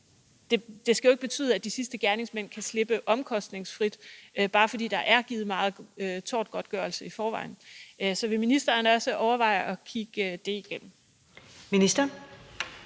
Det skal jo ikke betyde, at de sidste gerningsmænd kan slippe omkostningsfrit fra det, bare fordi der er givet meget tortgodtgørelse i forvejen. Så vil ministeren også overveje at kigge det igennem?